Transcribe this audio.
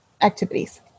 activities